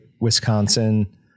Wisconsin